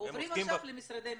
עוברים עכשיו למשרדי הממשלה.